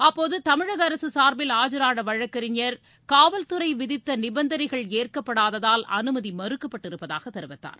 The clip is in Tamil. அப்போது தமிழக அரசு சார்பில் ஆஜரான வழக்கறிஞர் காவல்துறை விதித்த நிபந்தனைகள் ஏற்கப்படாததால் அனுமதி மறுக்கப்பட்டிருப்பதாக தெரிவித்தார்